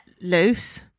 loose